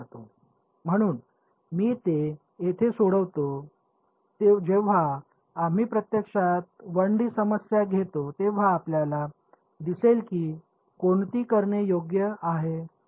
म्हणून मी ते येथे सोडतो जेव्हा आम्ही प्रत्यक्षात 1 डी समस्या घेतो तेव्हा आपल्याला दिसेल की कोणती करणे योग्य आहे ठीक आहे